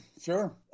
Sure